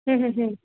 હં હં હં